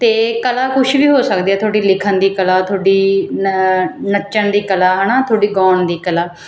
ਅਤੇ ਕਲਾ ਕੁਛ ਵੀ ਹੋ ਸਕਦੀ ਹੈ ਤੁਹਾਡੀ ਲਿਖਣ ਦੀ ਕਲਾ ਤੁਹਾਡੀ ਨ ਨੱਚਣ ਦੀ ਕਲਾ ਹੈ ਨਾ ਤੁਹਾਡੀ ਗਾਉਣ ਦੀ ਕਲਾ